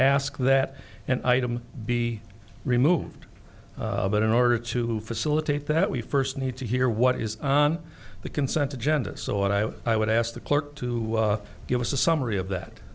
ask that an item be removed but in order to facilitate that we first need to hear what is the consent agenda so i would ask the clerk to give us a summary of that